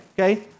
okay